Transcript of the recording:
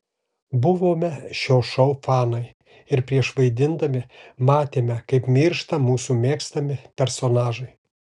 buvome šio šou fanai ir prieš vaidindami matėme kaip miršta mūsų mėgstami personažai